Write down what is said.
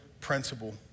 principle